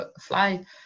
fly